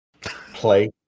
play